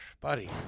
Buddy